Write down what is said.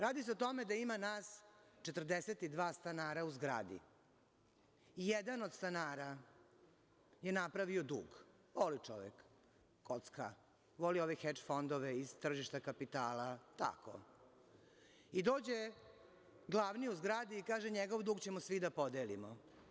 Radi se o tome da ima nas 42 stanara u zgradi i jedan od stanara je napravio dug, voli čovek kocka, voli ove „hedž“ fondove iz tržišta kapitala, tako, i dođe glavni u zgradi i kaže – njegov dug ćemo svi da podelimo.